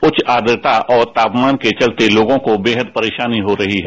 उच्च आर्द्रता और तापमान के चलते लोगों को बेहद परेशानी हो रही है